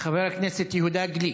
חבר הכנסת יהודה גליק.